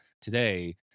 today